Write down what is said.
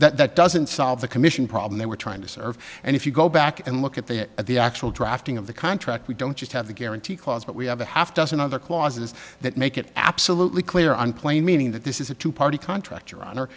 contract that doesn't solve the commission problem they were trying to serve and if you go back and look at that at the actual drafting of the contract we don't just have the guarantee clause but we have a half dozen other clauses that make it absolutely clear on plain meaning that this is a two party contract your hon